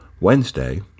Wednesday